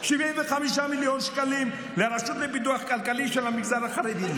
75 מיליון שקלים לרשות לפיתוח כלכלי של המגזר החרדי,